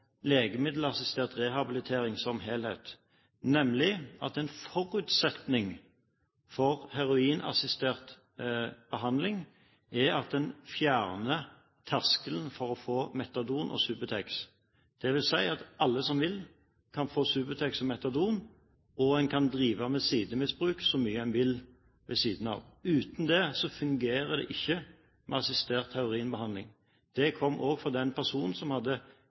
heroinassistert behandling er at en fjerner terskelen for å få metadon og Subutex. Det vil si at alle som vil, kan få Subutex og metadon, og en kan drive med sidemisbruk så mye en vil ved siden av. Uten det fungerer ikke assistert heroinbehandling. Det kom også fra den personen som i realiteten hadde